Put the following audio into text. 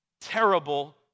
terrible